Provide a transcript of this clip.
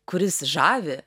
kuris žavi